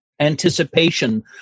anticipation